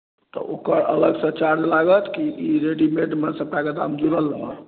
तऽ ओकर अलगसँ चार्ज लागत की ई रेडीमेडमे सभटाके दाम जुड़ल रहत